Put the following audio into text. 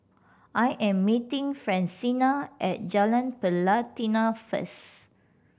I am meeting Francina at Jalan Pelatina first